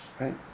Right